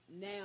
now